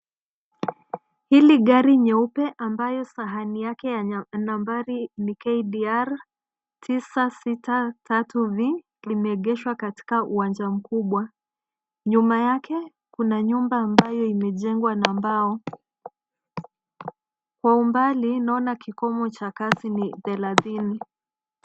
Hili gari nyeupe ambayo sahani yake ya nambari ni 'KDR 963V' limeegeshwa katika uwanja mkubwa. Nyuma yake kuna nyumba ambayo imejengwa na mbao. Kwa umbali, naona kikomo cha kasi ni thelathini.